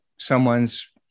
Someone's